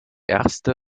erste